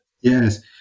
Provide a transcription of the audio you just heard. Yes